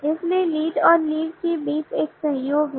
इसलिए लीड और लीव के बीच एक सहयोग है